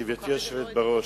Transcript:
גברתי היושבת בראש,